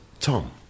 Tom